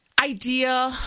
idea